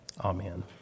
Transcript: amen